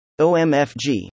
OMFG